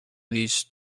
these